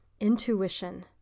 intuition